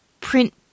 print